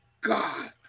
God